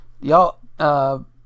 Y'all